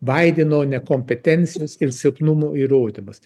baideno nekompetencijos ir silpnumo įrodymas